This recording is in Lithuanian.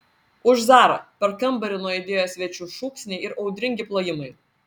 už zarą per kambarį nuaidėjo svečių šūksniai ir audringi plojimai